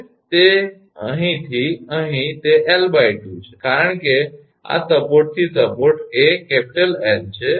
તેથી અહીંથી અહીં તે 𝐿2 છે કારણ કે આ સપોર્ટથી સપોર્ટ એ 𝐿 છે